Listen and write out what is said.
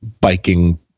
biking